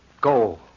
go